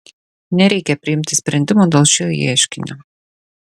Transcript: nereikia priimti sprendimo dėl šio ieškinio